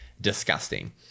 disgusting